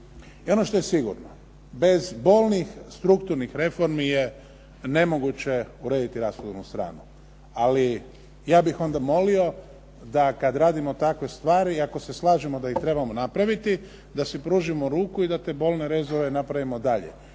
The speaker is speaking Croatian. I ono što je sigurno, bez bolnih strukturnih reformi je nemoguće urediti rashodovnu stranu. Ali ja bih onda molio da kad radimo takve stvari i ako se slažemo da ih trebamo napraviti da si pružimo ruku i da te bolne rezove napravimo dalje,